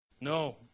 No